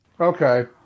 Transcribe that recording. Okay